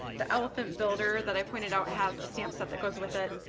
the elephant builder that i pointed out has a stamp set that goes with it.